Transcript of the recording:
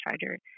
charger